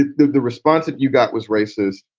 the the response that you got was racist.